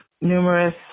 numerous